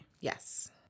yes